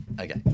okay